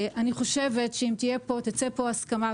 אני חושבת שאם תצא פה הסכמה,